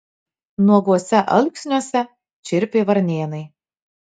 nuoguose alksniuose čirpė varnėnai